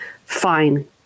fine